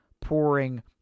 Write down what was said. pouring